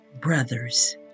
brothers